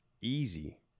easy